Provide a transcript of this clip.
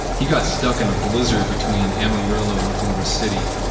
he got stuck in a blizzard between amarillo and oklahoma city.